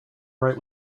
right